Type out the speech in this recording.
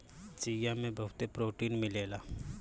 चिया में बहुते प्रोटीन मिलेला